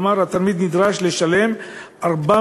כלומר, התלמיד נדרש לשלם 400